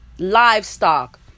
Livestock